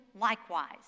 likewise